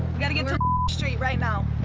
got to get to street right now.